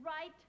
right